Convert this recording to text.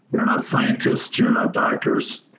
you're not scientists, you're not doctors.